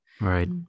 right